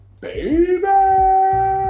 baby